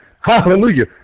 Hallelujah